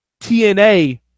TNA